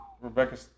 Rebecca